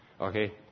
Okay